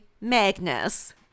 Magnus